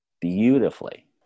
beautifully